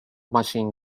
machine